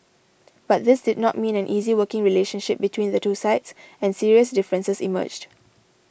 but this did not mean an easy working relationship between the two sides and serious differences emerged